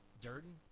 Durden